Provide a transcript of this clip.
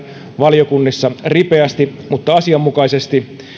valiokunnissa ripeästi mutta asianmukaisesti